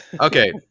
okay